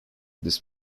this